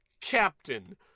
Captain